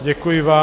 Děkuji vám.